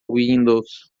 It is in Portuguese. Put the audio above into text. windows